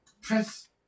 Press